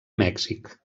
mèxic